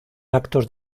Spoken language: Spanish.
actos